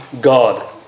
God